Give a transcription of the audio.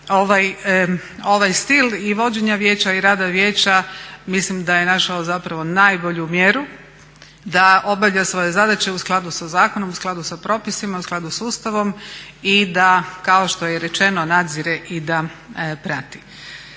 ovaj stil i vođenja vijeća i rada vijeća mislim da je našao zapravo najbolju mjeru da obavlja svoje zadaće u skladu sa zakonom, u skladu sa propisima, u skladu s Ustavom i da kao što je i rečeno nadzire i da prati.